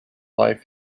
life